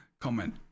comment